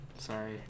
Sorry